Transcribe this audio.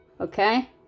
Okay